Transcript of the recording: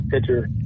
pitcher